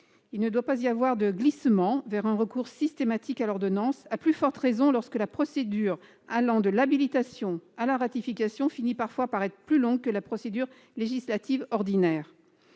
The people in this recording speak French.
Il ne doit pas y avoir de glissement vers un recours systématique à l'ordonnance- à plus forte raison lorsque la procédure allant de l'habilitation à la ratification finit parfois par être plus longue que la procédure législative ordinaire.